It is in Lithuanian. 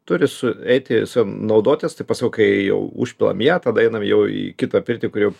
turi sueiti su naudotis tai pasakau kai jau užpilam ją tada einam jau į kitą pirtį kur jau